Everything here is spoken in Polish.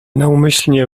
naumyślnie